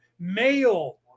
Male